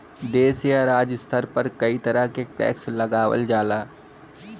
देश या राज्य स्तर पर कई तरह क टैक्स लगावल जाला